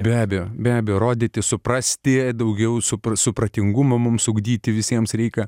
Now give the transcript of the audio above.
be abejo be abejo rodyti suprasti daugiau supras supratingumo mums ugdyti visiems reikia